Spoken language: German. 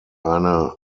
eine